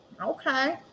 Okay